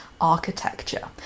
architecture